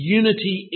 unity